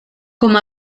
com